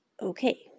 okay